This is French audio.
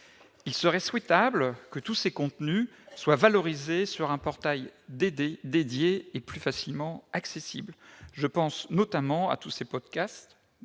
Il serait souhaitable que tous ces contenus soient valorisés sur un portail dédié et plus facilement accessible. Je pense notamment à tous ces- balados,